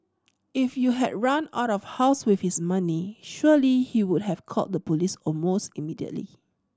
if you had run out of house with his money surely he would have called the police almost immediately